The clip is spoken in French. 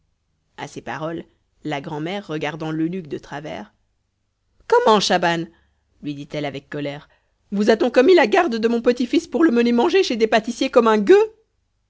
à ces paroles la grand'mère regardant l'eunuque de travers comment schaban lui dit-elle avec colère vous a-t-on commis la garde de mon petit-fils pour le mener manger chez des pâtissiers comme un gueux